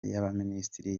y’abaminisitiri